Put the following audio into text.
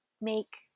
make